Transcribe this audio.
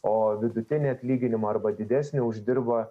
o vidutinį atlyginimą arba didesnį uždirba